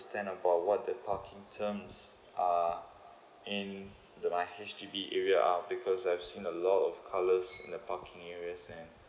about what the parking terms are in my H_D_B area uh because I've seen a lot of colours in the parking areas and